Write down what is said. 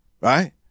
right